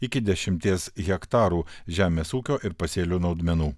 iki dešimties hektarų žemės ūkio ir pasėlių naudmenų